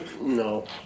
no